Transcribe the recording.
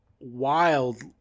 wild